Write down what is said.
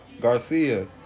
Garcia